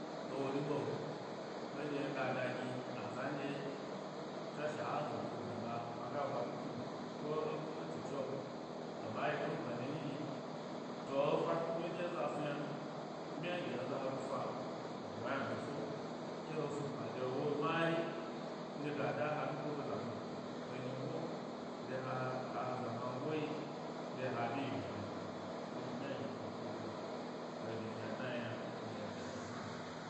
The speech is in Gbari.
Ewori ɓe, ɓ nɗye nga dagi azan dye tswashe a zogo giɓa ga ɓwa tnu tnu, ko ẻ gbemnati tso e ɓayi kampeniyi nyi to efa tnutnu nɗye eza snu yna bmya gi eza he nufa he go ynado so, ke he snu ‘pma de ewo mari nɗye ga da ha nukoda za gbma, he nyigo de ha, ha zamangoyi de ha ɓyiyi gbma yna. ɓe nɗye ɓmya ɗye eza snu de he ri yna dna yna de era yna hnan.